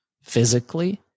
physically